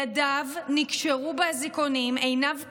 ידיו נקשרו באזיקונים, עיניו כוסו,